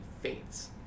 faints